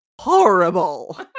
horrible